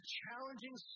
challenging